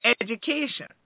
education